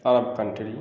Arab country